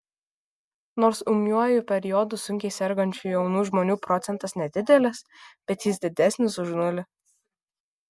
nors ūmiuoju periodu sunkiai sergančių jaunų žmonių procentas nedidelis bet jis didesnis už nulį